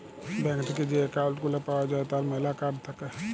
bank থেক্যে যে account গুলা পাওয়া যায় তার ম্যালা কার্ড থাক্যে